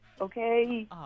Okay